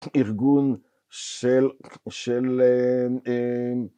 ארגון של, של...